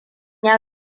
ya